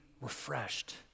refreshed